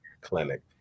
clinic